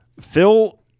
Phil